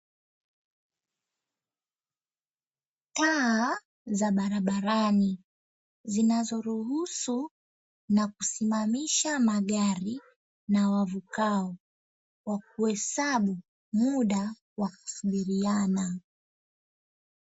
Taa za barabarani zinazo ruhusu na kusimamisha magari na wavukao kwa kuhesabu muda wa kusubiriana.